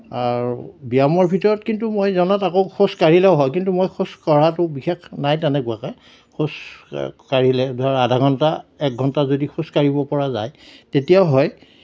আৰু ব্যায়ামৰ ভিতৰত কিন্তু মই জনাত আকৌ খোজ কাঢ়িলেও হয় কিন্তু মই খোজ কঢ়াতো বিশেষ নাই তেনেকুৱাকৈ খোজ কাঢ়িলে ধৰক আধা ঘণ্টা এক ঘণ্টা যদি খোজ কাঢ়িব পৰা যায় তেতিয়াও হয়